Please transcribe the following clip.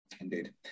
Indeed